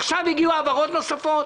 עכשיו הגיעו העברות נוספות